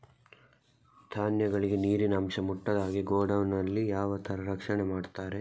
ಧಾನ್ಯಗಳಿಗೆ ನೀರಿನ ಅಂಶ ಮುಟ್ಟದ ಹಾಗೆ ಗೋಡೌನ್ ನಲ್ಲಿ ಯಾವ ತರ ರಕ್ಷಣೆ ಮಾಡ್ತಾರೆ?